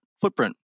footprint